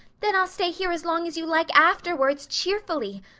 then i'll stay here as long as you like afterwards cheerfully.